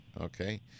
Okay